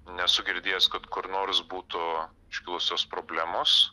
nesu girdėjęs kad kur nors būtų iškilusios problemos